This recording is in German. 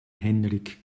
henrik